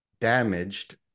damaged